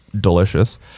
Delicious